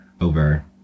Over